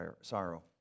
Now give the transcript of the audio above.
sorrow